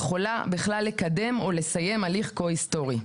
היא יכולה בכלל לקדם או לסיים הליך כה היסטורי.